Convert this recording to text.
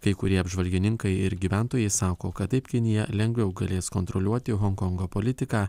kai kurie apžvalgininkai ir gyventojai sako kad taip kinija lengviau galės kontroliuoti honkongo politiką